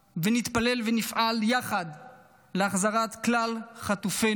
ונתפלל ונפעל יחד להחזרת כלל חטופינו,